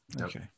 Okay